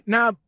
Now